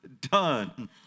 done